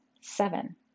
seven